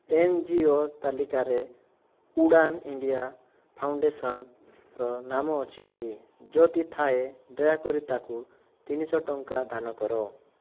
N G O ତାଲିକାରେ Udaan India foundation ର ନାମ ଅଛିକି ଯଦି ଥାଏ ଦୟାକରି ତାକୁ ତିନିଶହ ଟଙ୍କା ଦାନ କର